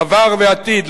עבר ועתיד.